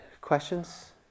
questions